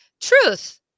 Truth